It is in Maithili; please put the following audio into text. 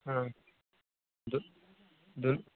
हँ दुन दुन